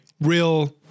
real